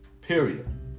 Period